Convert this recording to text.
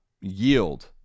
yield